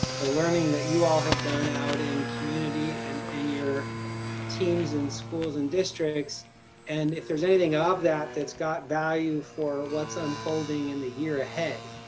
the learning that you all have done out in community and in your teams in schools and districts and if there's anything of that that's got value for what's unfolding in the year ahead.